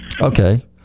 Okay